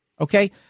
Okay